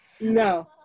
No